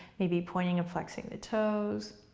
maybe pointing and flexing the toes,